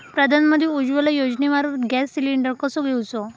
प्रधानमंत्री उज्वला योजनेमार्फत gas cylinder कसो घेऊचो?